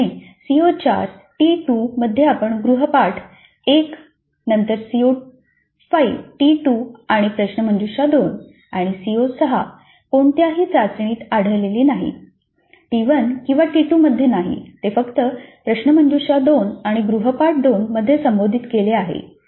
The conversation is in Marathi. त्याचप्रमाणे सीओ 4 टी 2 मध्ये आणि गृहपाठ 1 नंतर सीओ 5 टी 2 आणि प्रश्नमंजुषा 2 आणि सीओ 6 कोणत्याही चाचणीत आढळलेला नाही टी 1 किंवा टी 2 मध्ये नाही ते फक्त प्रश्नमंजुषा 2 आणि गृहपाठ 2 मध्ये संबोधित केले आहे